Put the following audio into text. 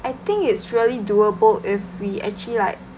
I think it's really doable if we actually like